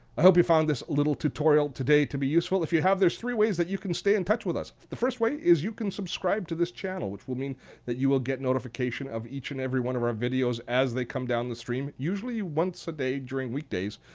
i hope you found this little tutorial today to be useful. if you have, there are three ways that you can stay in touch with us. the first way is you can subscribe to this channel, which will mean that you can get notification of each and every one of our videos as they come down the stream. usually once a day during weekdays,